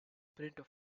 printer